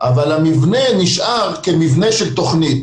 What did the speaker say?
אבל המבנה נשאר כמבנה של תוכנית.